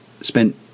spent